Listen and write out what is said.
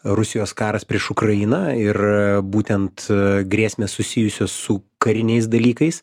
rusijos karas prieš ukrainą ir būtent grėsmės susijusios su kariniais dalykais